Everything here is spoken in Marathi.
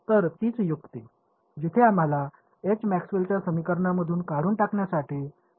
तर तीच युक्ती जिथे आम्हाला मॅक्सवेलच्या समीकरणांमधून काढून टाकण्यासाठी वापरायचा होता